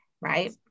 right